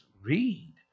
read